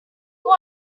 who